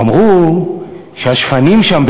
אמרו שהשפנים שם,